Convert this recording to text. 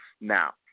Now